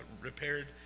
repaired